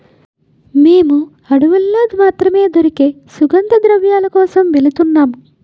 మేము అడవుల్లో మాత్రమే దొరికే సుగంధద్రవ్యాల కోసం వెలుతున్నాము